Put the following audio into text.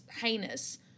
heinous